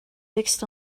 fixed